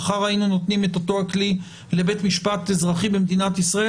אם מחר היינו נותנים את אותו הכלי לבית משפט אזרחי במדינת ישראל,